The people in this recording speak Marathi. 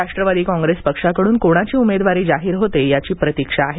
राष्ट्रवादी काँग्रेस पक्षाकडून कोणाची उमेदवारी जाहीर होते याची प्रतीक्षा आहे